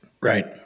right